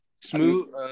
smooth